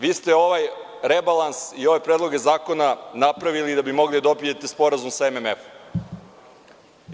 Vi ste ovaj rebalans i ove predloge zakona napravili da bi mogli da dobijete sporazum sa MMF-om.